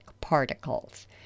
particles